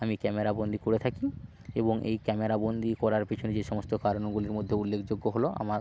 আমি ক্যামেরাবন্দি করে থাকি এবং এই ক্যামেরাবন্দি করার পিছনে যেই সমস্ত কারণগুলির মধ্যে উল্লেখযোগ্য হল আমার